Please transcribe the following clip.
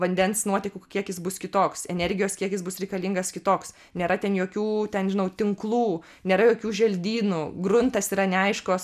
vandens nuotekų kiekis bus kitoks energijos kiekis bus reikalingas kitoks nėra ten jokių ten žinau tinklų nėra jokių želdynų gruntas yra neaiškios